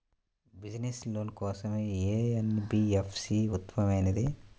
Business loan కోసం ఏ NBFC ఉత్తమమైనది?